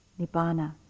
Nibbana